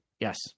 Yes